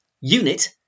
Unit